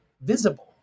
visible